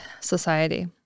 society